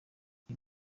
uyu